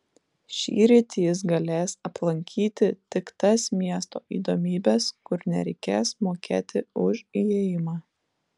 šįryt jis galės aplankyti tik tas miesto įdomybes kur nereikės mokėti už įėjimą